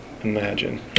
imagine